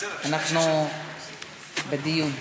אנחנו בדיון.